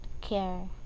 care